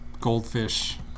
goldfish